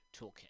Toolkit